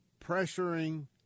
pressuring